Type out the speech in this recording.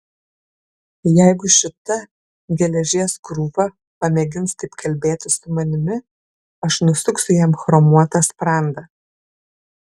jeigu šita geležies krūva pamėgins taip kalbėti su manimi aš nusuksiu jam chromuotą sprandą